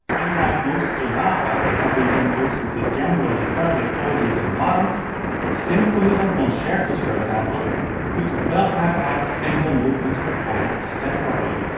unlike most sonatas, had been composed with a genuinely public audience in mind symphonies and concertos, for example could well have had single movements performed separately.